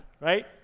right